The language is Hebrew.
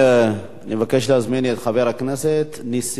אני מבקש להזמין את חבר הכנסת נסים זאב,